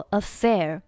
affair